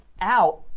out